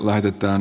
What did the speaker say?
edelleen